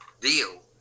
deal